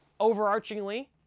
Overarchingly